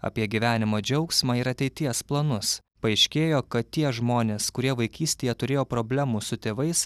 apie gyvenimo džiaugsmą ir ateities planus paaiškėjo kad tie žmonės kurie vaikystėje turėjo problemų su tėvais